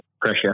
pressure